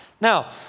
Now